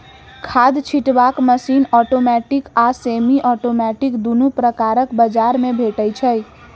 खाद छिटबाक machine automatic आ सेमी औटोमेटिक दुनू प्रकारक बजार मे भेटै छै